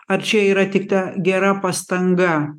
ar čia yra tik ta gera pastanga